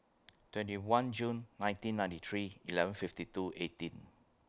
twenty one June nineteen ninety three eleven fifty two eighteen